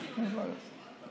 זוכה.